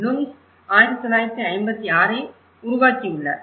blooms 1956ஐ உருவாக்கியுள்ளார்